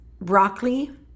broccoli